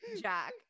Jack